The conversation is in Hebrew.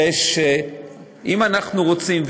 אם אנחנו רוצים,